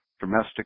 Domestic